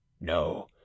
no